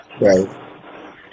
Right